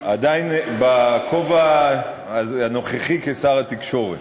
עדיין בכובע הנוכחי כשר התקשורת.